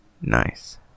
Nice